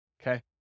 Okay